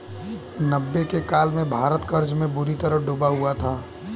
नब्बे के काल में भारत कर्ज में बुरी तरह डूबा हुआ था